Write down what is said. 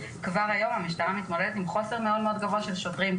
כבר היום המשטרה מתמודדת עם חוסר מאוד מאוד גבוה של שוטרים.